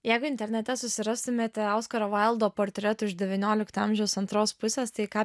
jeigu internete susirastumėte oskaro vaildo portretų iš devyniolikto amžiaus antros pusės tai ką